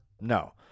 No